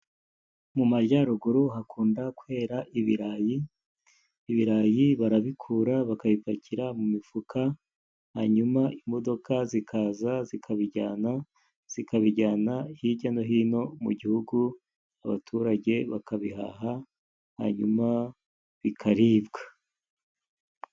Mu majyaruguru hakunda kwera ibirayi. Ibirayi barabikura, bakabipakira mu mifuka, hanyuma imodoka zikaza zikabijyana, zikabijyana hirya no hino mu gihugu, abaturage bakabihaha, hanyuma bikaribwa.